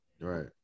right